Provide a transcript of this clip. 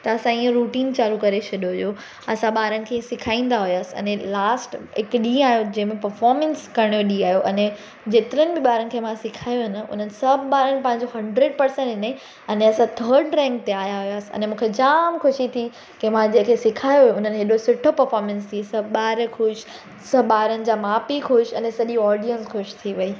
त असां इअं रुटीन चालूं करे छॾियो हुओ असां ॿारनि खे सेखारींदा हुआसीं अने लास्ट हिकु ॾींहं आयो जंहिं में पफ़ॉमंस करण जो ॾींहं आयो अने जेतरनि बि ॿारनि खे मां सेखारियो हुओ न उन्हनि सभु ॿारनि पंहिंजो हंड्रेड परसंट ॾिनई अने असां थड रैंक ते आया हुआसीं अने मूंखे जाम ख़ुशी थी की मां जंहिंखे सेखारियो उन्हनि हेॾो सुठो पफ़ॉमंस ई सभु ॿार ख़ुशि सभु ॿारनि जा माउ पीउ ख़ुशि अने सॼी ऑडियंस ख़ुशि थी वेई